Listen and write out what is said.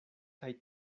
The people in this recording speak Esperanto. kaj